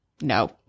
No